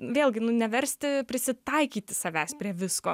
vėlgi nu neversti prisitaikyti savęs prie visko